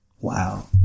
Wow